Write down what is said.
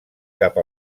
cap